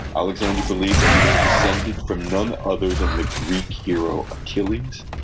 alexander believed that he was descended from none other than the greek hero achilles,